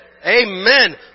Amen